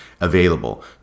available